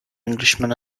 englishman